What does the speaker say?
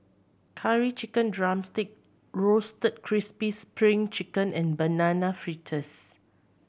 Curry Chicken drumstick Roasted Crispy Spring Chicken and Banana Fritters